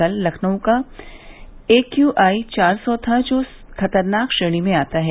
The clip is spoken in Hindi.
कल लखनऊ का एक्यूआइ चार सौ था जो खतरनाक श्रेणी में आता है